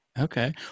okay